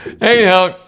anyhow